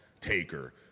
Taker